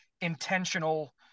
intentional